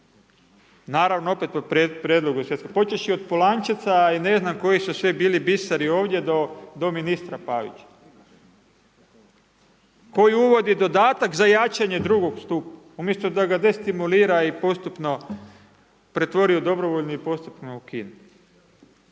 naravno opet pod prijedlogom svjetske, počevši od Polančeca i ne znam koji su sve bili biseri ovdje do ministra Pavića koji uvodi dodatak za jačanje drugog stupa, umjesto da ga destimulira i postupno pretvori u dobrovoljni i postupno ukine.